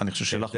ואני חושב שגם לך,